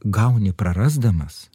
gauni prarasdamas